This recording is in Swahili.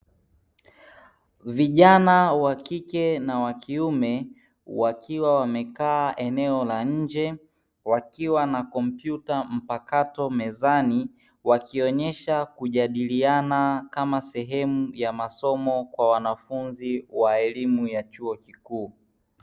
Vijana wa wakike na wakiume wakiwa wamekaa eneo la nje wakiwa na kompyuta mpakato mezani, wakionyesha kujadiliana kama sehemu ya masomo kwa wanafunzi wa elimu ya chuo kikuu.